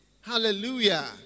Hallelujah